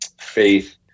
faith